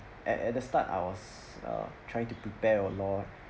at at the start I was uh trying to prepare a lot